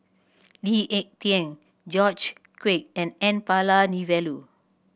Lee Ek Tieng George Quek and N Palanivelu